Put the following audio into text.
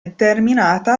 determinata